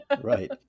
Right